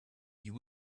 you